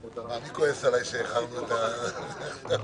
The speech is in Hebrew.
אנחנו מחדשים את הישיבה,